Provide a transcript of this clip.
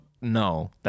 No